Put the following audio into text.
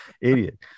Idiot